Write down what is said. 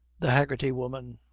the haggerty woman.